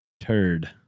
Turd